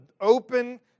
open